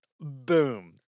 Boom